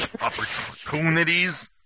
Opportunities